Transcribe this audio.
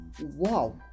Wow